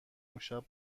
امشب